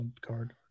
card